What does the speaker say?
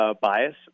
bias